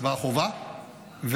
צבא החובה,